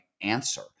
answer